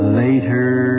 later